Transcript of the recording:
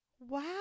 Wow